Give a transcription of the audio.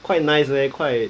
quite nice leh quite